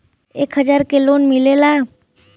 एक हजार के लोन मिलेला?